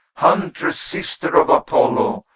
huntress, sister of apollo,